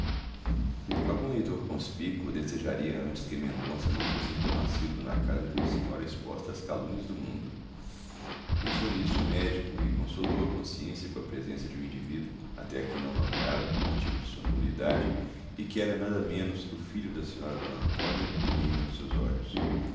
vencê-la algum leitor conspícuo desejaria antes que mendonça não fosse tão assíduo na casa de uma senhora exposta às calúnias do mundo pensou nisso o médico e consolou a consciência com a presença de um indivíduo até aqui não nomeado por motivo de sua nulidade e que era nada menos que o filho da sra d antônia e a menina dos seus olhos